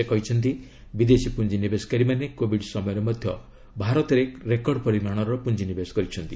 ସେ କହିଛନ୍ତି ବିଦେଶୀ ପୁଞ୍ଜିନିବେଶକାରୀମାନେ କୋବିଡ ସମୟରେ ମଧ୍ୟ ଭାରତରେ ରେକର୍ଡ ପରିମାଣର ପୁଞ୍ଜିନିବେଶ କରିଛନ୍ତି